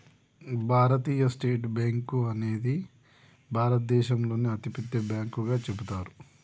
భారతీయ state bank అనేది భారతదేశంలోనే అతిపెద్ద బ్యాంకుగా చెబుతారు